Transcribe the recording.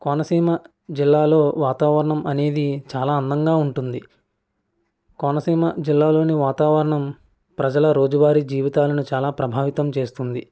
కోనసీమ జిల్లాలో వాతావరణం అనేది చాలా అందంగా ఉంటుంది కోనసీమ జిల్లాలోని వాతావరణం ప్రజల రోజువారీ జీవితాలను చాలా ప్రభావితం చేస్తుంది